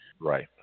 right